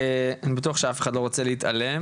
אני בטוח שאף אחד לא רוצה להתעלם,